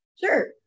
Sure